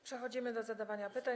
Przechodzimy do zadawania pytań.